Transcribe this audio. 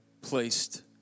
placed